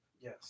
Yes